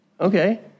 Okay